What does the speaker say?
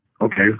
Okay